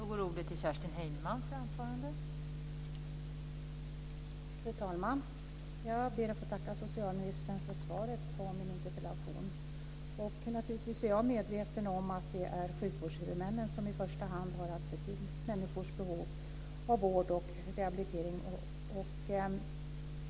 Fru talman! Jag ber att få tacka socialministern för svaret på min interpellation. Naturligtvis är jag medveten om att det är sjukvårdshuvudmännen som i första hand har att se till människors behov av vård och rehabilitering.